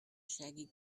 shaggy